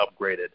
upgraded